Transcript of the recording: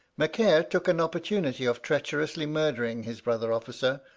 macaire took an opportunity of treacherously murdering his brother-officer,